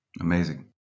Amazing